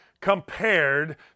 compared